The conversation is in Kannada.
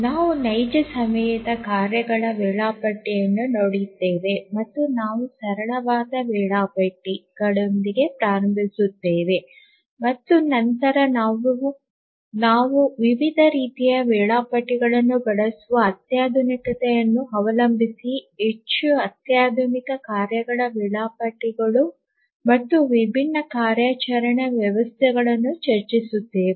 ನಾವು ನೈಜ ಸಮಯದ ಕಾರ್ಯಗಳ ವೇಳಾಪಟ್ಟಿಯನ್ನು ನೋಡಿದ್ದೇವೆ ಮತ್ತು ನಾವು ಸರಳವಾದ ವೇಳಾಪಟ್ಟಿಗಳೊಂದಿಗೆ ಪ್ರಾರಂಭಿಸುತ್ತೇವೆ ಮತ್ತು ನಂತರ ನಾವು ವಿವಿಧ ರೀತಿಯ ವೇಳಾಪಟ್ಟಿಗಳನ್ನು ಬಳಸುವ ಅತ್ಯಾಧುನಿಕತೆಯನ್ನು ಅವಲಂಬಿಸಿ ಹೆಚ್ಚು ಅತ್ಯಾಧುನಿಕ ಕಾರ್ಯಗಳ ವೇಳಾಪಟ್ಟಿಗಳು ಮತ್ತು ವಿಭಿನ್ನ ಕಾರ್ಯಾಚರಣಾ ವ್ಯವಸ್ಥೆಗಳನ್ನು ಚರ್ಚಿಸುತ್ತೇವೆ